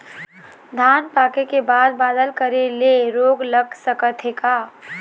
धान पाके के बाद बादल करे ले रोग लग सकथे का?